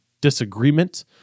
disagreement